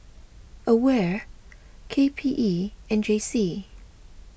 Aware K P E and J C